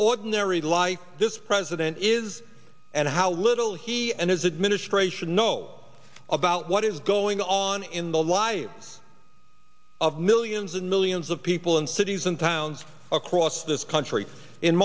oig narry life this president is and how little he and his administration know about what is going on in the lives of millions and millions of people in cities and towns across this country in